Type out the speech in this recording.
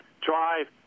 drive